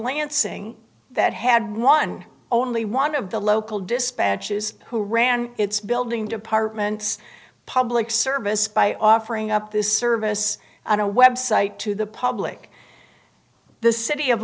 lansing that had won only one of the local dispatches who ran its building departments public service by offering up this service on a website to the public the city of